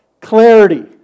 clarity